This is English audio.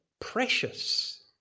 precious